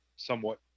somewhat